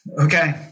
Okay